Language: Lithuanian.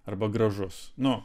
arba gražus nu